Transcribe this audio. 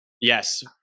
Yes